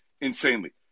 Insanely